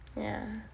yah